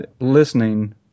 listening